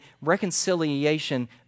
reconciliation